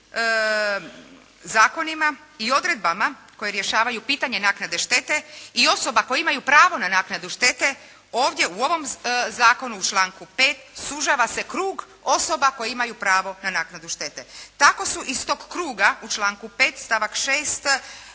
zakonima i odredbama koje rješavaju pitanje naknade štete i osoba koje imaju pravo na naknadu štete, ovdje u ovom zakonu u članku 5. sužava se krug osoba koje imaju pravo na naknadu štete. Tako su iz tog kruga u članku 5. stavak